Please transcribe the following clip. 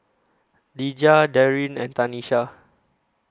Dejah Darin and Tanesha